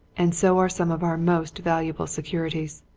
and so are some of our most valuable securities.